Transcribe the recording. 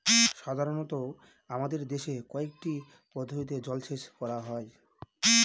সাধারনত আমাদের দেশে কয়টি পদ্ধতিতে জলসেচ করা হয়?